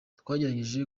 twagerageje